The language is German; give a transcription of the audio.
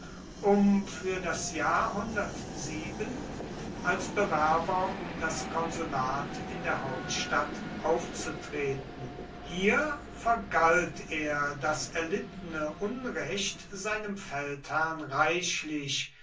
um für das jahr als bewerber um das konsulat in der hauptstadt aufzutreten hier vergalt er das erlittene unrecht seinem feldherrn reichlich